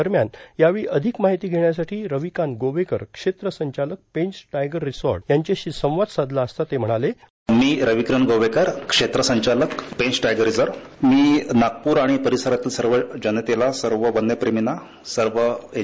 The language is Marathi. दरम्यान यावेळी अधिक माहिती घेण्यासाठी रविकांत गोवेकर क्षेत्र संचालक पेंच टायगर रिसॉर्ट यांच्याशी संवाद साधला असता ते म्हणाले साऊंड बाईट मी रविकांत गोवेकर क्षेत्र संचालक पेंच टायगर रिसॉर्ट मी नागपूर आणि परिसरातील सर्व जनतेला सर्व वव्य प्रेमींना सर्व एन